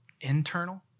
internal